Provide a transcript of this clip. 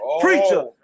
Preacher